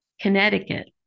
Connecticut